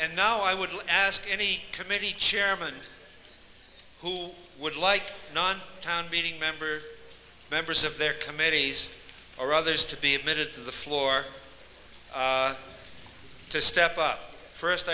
and now i would ask any committee chairman who would like town meeting member members of their committees or others to be admitted to the floor to step up first